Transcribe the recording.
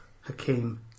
Hakeem